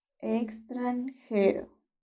extranjero